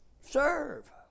serve